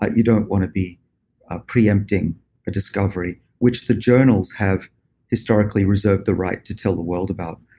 ah you don't want to be ah pre-empting a discovery, which the journals have historically reserved the right to tell the world about.